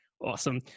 Awesome